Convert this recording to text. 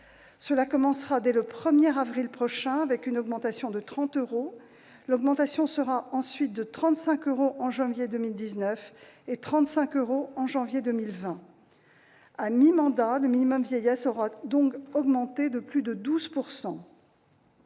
Cela commencera dès le 1 avril prochain, avec une augmentation de 30 euros ; l'augmentation sera ensuite de 35 euros en janvier 2019 et de 35 euros supplémentaires en janvier 2020. À mi-mandat, le minimum vieillesse aura donc augmenté de plus de 12 %.